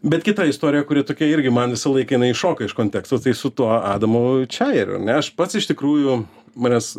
bet kita istorija kuri tokia irgi man visą laik jinai iššoka iš konteksto tai su tuo adamu čiajeriu ane aš pats iš tikrųjų manęs